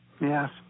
Yes